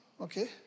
okay